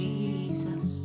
Jesus